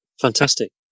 fantastic